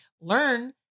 learn